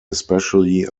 especially